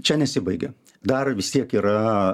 čia nesibaigia dar vis tiek yra